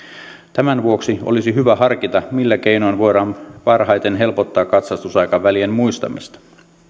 tämän vuoksi olisi hyvä harkita millä keinoin voidaan parhaiten helpottaa katsastusaikavälien muistamista